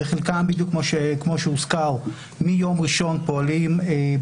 חלקם כמו שהוזכר פועלים מיום ראשון בשיתוף